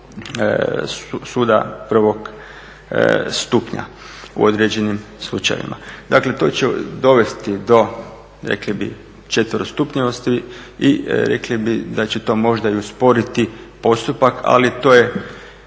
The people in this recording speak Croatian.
suda prvog stupnja u određenim slučajevima. Dakle, to će dovesti do rekli bi do četverostupnjevosti i rekli bi da će to možda i usporiti postupak, ali to je